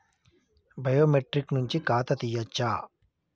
Biometric నుంచి ఖాతా తీయచ్చా?